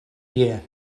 year